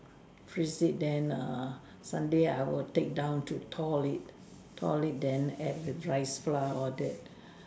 freeze it then err Sunday I will take down to thaw it thaw it then add with rice flour all that